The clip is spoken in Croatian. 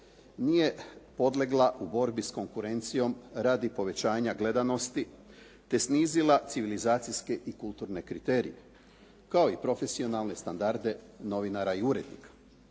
nije podlegla u borbi protiv konkurencije radi poboljšanja gledanosti, te snizila civilizacijske i kulturne kriterije, kao i profesionalne standarde novinara i urednika.